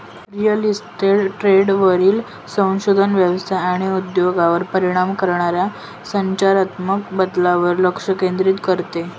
real estate ट्रेंडवरील संशोधन व्यवसाय आणि उद्योगावर परिणाम करणाऱ्या संरचनात्मक बदलांवर लक्ष केंद्रित करते